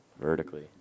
Vertically